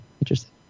interesting